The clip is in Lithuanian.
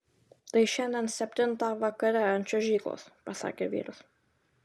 tai šiandien septintą vakare ant čiuožyklos pasakė vyras